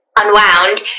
unwound